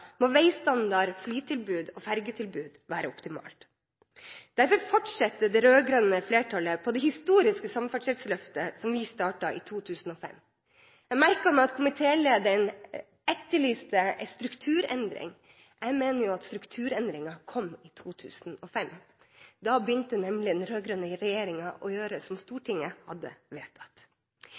må veistandard, flytilbud og ferjetilbud være optimalt. Derfor fortsetter det rød-grønne flertallet på det historiske samferdselsløftet som vi startet i 2005. Jeg merket meg at komitélederen etterlyste en strukturendring. Jeg mener jo at strukturendringen kom i 2005. Da begynte nemlig den rød-grønne regjeringen å gjøre som Stortinget hadde vedtatt.